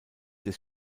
des